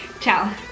Ciao